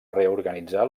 reorganitzar